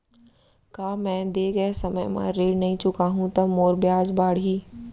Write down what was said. का मैं दे गए समय म ऋण नई चुकाहूँ त मोर ब्याज बाड़ही?